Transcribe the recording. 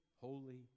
holy